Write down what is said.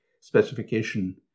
specification